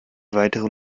weiteren